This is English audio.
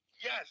Yes